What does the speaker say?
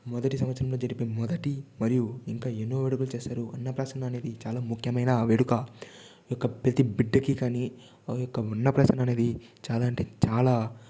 మొదటి సంవత్సరంలో జరిపే మొదటి మరియు ఇంకా ఎన్నో వేడుకలు చేస్తారు అన్నప్రాసన అనేది చాలా ముఖ్యమైన వేడుక ఈ యొక్క ప్రతి బిడ్డకి కానీ ఈ యొక్క అన్నప్రాసన అనేది చాలా అంటే చాలా